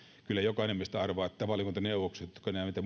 kyllä jokainen meistä arvaa että valiokuntaneuvokset jotka näitä